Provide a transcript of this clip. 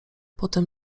potem